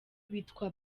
bitwa